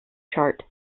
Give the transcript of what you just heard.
chart